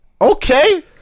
okay